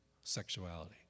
sexuality